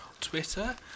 Twitter